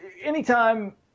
anytime